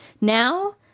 Now